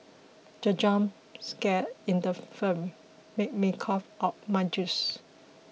the jump scare in the film made me cough out my juice